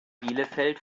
bielefeld